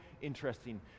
interesting